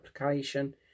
application